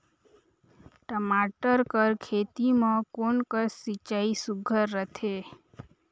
टमाटर कर खेती म कोन कस सिंचाई सुघ्घर रथे?